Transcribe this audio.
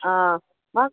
आ म्हाका